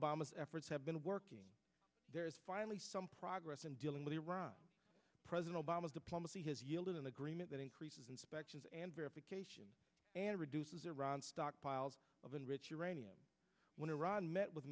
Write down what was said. obama's efforts have been working there is finally some progress in dealing with iran president obama's diplomacy has yielded an agreement that increases inspections and verification and reduces iran stockpiles of enriched uranium when iran met with